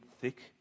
thick